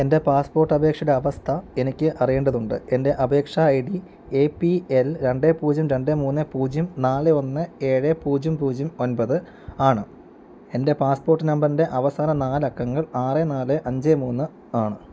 എൻ്റെ പാസ്പോർട്ട് അപേക്ഷയുടെ അവസ്ഥ എനിക്ക് അറിയേണ്ടതുണ്ട് എൻ്റെ അപേക്ഷാ I D A P L രണ്ട് പൂജ്യം രണ്ട് മൂന്ന് പൂജ്യം നാല് ഒന്ന് ഏഴ് പൂജ്യം പൂജ്യം ഒൻപത് ആണ് എൻ്റെ പാസ്പോർട്ട് നമ്പറിൻ്റെ അവസാന നാല് അക്കങ്ങൾ ആറ് നാല് അഞ്ച് മൂന്ന് ആണ്